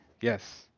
yes